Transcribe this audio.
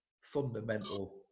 fundamental